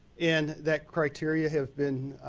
and that criteria have been